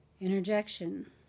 interjection